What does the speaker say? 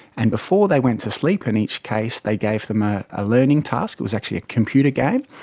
and before they went to sleep in each case they gave them ah a learning task. it was actually a computer game.